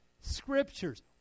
Scriptures